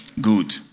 Good